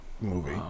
movie